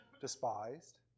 despised